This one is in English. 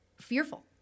fearful